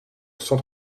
cent